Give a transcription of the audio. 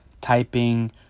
typing